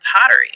pottery